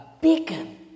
beacon